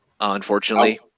unfortunately